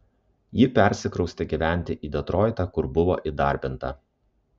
ji persikraustė gyventi į detroitą kur buvo įdarbinta